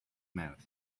mouth